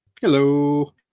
Hello